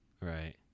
right